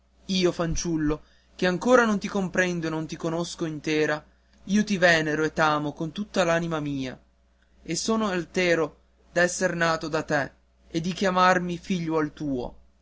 io fanciullo che ancora non ti comprendo e non ti conosco intera io ti venero e t'amo con tutta l'anima mia e sono altero d'esser nato da te e di chiamarmi figliuol tuo